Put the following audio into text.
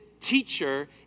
teacher